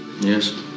yes